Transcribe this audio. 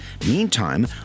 Meantime